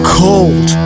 cold